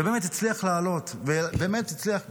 באמת הצליח לעלות, באמת הצליח.